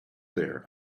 there